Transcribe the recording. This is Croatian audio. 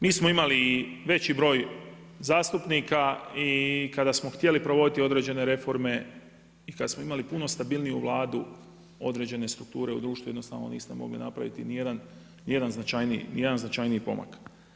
Mi smo imali veći broj zastupnika i kada smo htjeli provoditi određene reforme i kada smo imali puno stabilniju Vladu određene strukture u društvu jednostavno niste mogli napraviti ni jedan značajniji pomak.